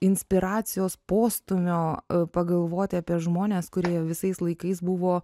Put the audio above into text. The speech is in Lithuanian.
inspiracijos postūmio pagalvoti apie žmones kurie visais laikais buvo